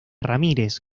ramírez